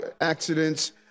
accidents